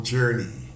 Journey